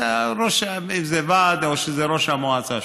זה ראש, אם זה ועד או שזה ראש המועצה שם.